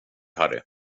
harry